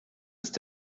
ist